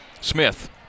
Smith